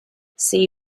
see